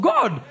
God